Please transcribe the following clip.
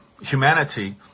humanity